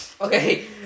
Okay